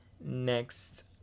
Next